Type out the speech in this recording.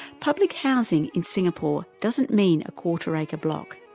public housing in singapore doesn't mean a quarter-acre block,